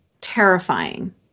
terrifying